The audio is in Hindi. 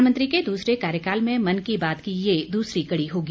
प्रधानमंत्री के दूसरे कार्यकाल में मन की बात की यह दूसरी कड़ी होगी